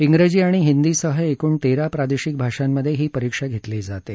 इंग्रजी आणि हिंदीसह एकूण तेरा प्रादेशिक भाषांमधे ही परीक्षा घेतली जाते